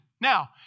Now